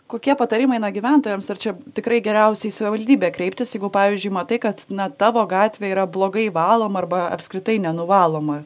kokie patarimai na gyventojams ar čia tikrai geriausiai į savivaldybę kreiptis jeigu pavyzdžiui matai kad na tavo gatvė yra blogai valoma arba apskritai nenuvaloma